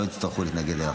שלא יצטרכו להתנגד אליו.